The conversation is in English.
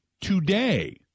today